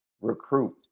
recruit